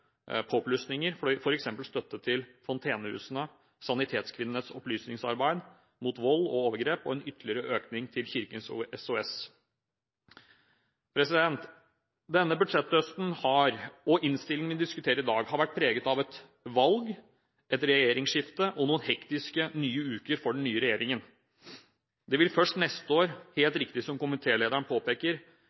støtte til Fontenehusene, sanitetskvinnenes opplysningsarbeid mot vold og overgrep og en ytterligere økning til Kirkens SOS. Denne budsjetthøsten, og innstillingen vi diskuterer i dag, har vært preget av et valg, et regjeringsskifte og noen hektiske nye uker for den nye regjeringen. Det vil først neste år, som komitélederen helt riktig